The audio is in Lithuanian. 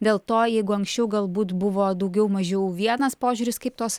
dėl to jeigu anksčiau galbūt buvo daugiau mažiau vienas požiūris kaip tos